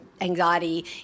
anxiety